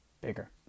bigger